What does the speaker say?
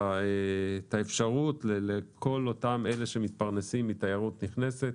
האפשרות לכל אותם אלה שמתפרנסים מתיירות נכנסת,